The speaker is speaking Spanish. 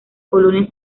colonia